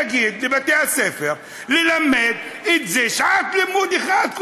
יגיד לבתי הספר ללמד את זה שעת לימוד אחת.